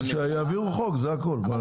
שיעבירו חוק זה הכל.